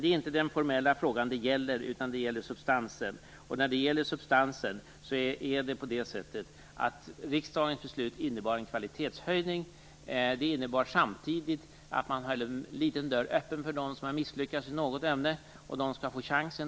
Det är nu inte den formella frågan det gäller, utan det gäller substansen. Riksdagens beslut innebar en kvalitetshöjning. Det innebar samtidigt att man höll en dörr litet öppen för dem som misslyckats i något ämne, för att också de skall få chansen.